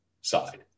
side